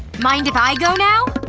mind if i go now?